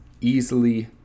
easily